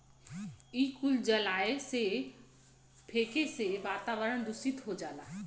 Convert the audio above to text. इ कुल जलाए से, फेके से वातावरन दुसित हो जाला